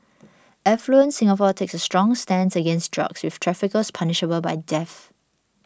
affluent Singapore takes a strong stance against drugs with traffickers punishable by death